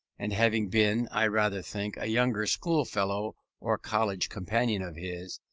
and having been, i rather think, a younger schoolfellow or college companion of his,